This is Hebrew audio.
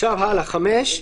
סעיף 5,